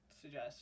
suggest